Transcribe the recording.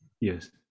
yes